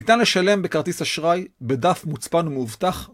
ניתן לשלם בכרטיס אשראי בדף מוצפן ומאובטח.